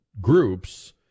groups